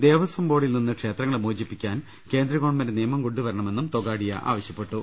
ദേവസ്വം ബോർഡിൽ നിന്ന് ക്ഷേത്രങ്ങളെ മോചിപ്പിക്കാൻ കേന്ദ്ര ഗവൺമെന്റ് നിയമം കൊണ്ടു വരണമെന്നും തൊഗാഡിയ ആവശ്യപ്പെട്ടു